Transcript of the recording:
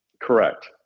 Correct